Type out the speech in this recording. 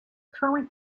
current